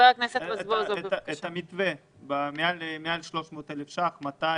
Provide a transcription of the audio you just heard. המתווה מעל 300,000 שקלים.